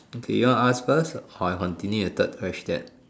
okay you want to ask first or I continue the third question